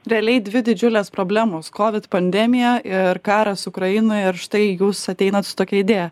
realiai dvi didžiulės problemos covid pandemija ir karas ukrainoj ir štai jūs ateinat su tokia idėja